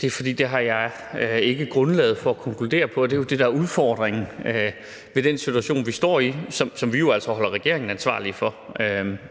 Det er, fordi jeg ikke har grundlaget for at kunne konkludere på det. Det er jo det, der er udfordringen ved den situation, vi står i, og som vi jo altså holder regeringen og